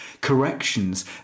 corrections